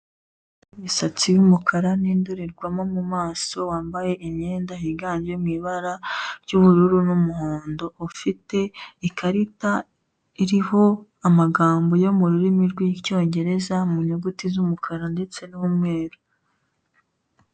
Misatsi y'umukara n'indorerwamo mu maso wambaye imyenda yiganje mu ibara, ry'ubururu n'umuhondo, ufite ikarita iriho amagambo yo mu rurimi rw'icyongereza mu nyuguti z'umukara ndetse n'umweru.